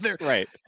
Right